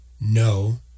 No